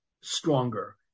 stronger